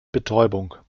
betäubung